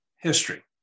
history